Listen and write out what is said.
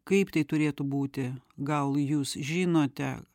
kaip tai turėtų būti gal jūs žinote